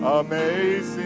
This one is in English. amazing